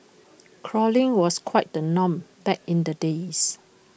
crawling was quite the norm back in the days